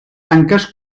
tanques